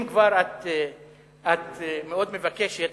אם כבר את מאוד מבקשת,